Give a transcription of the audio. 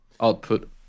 output